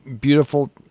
beautiful